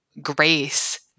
grace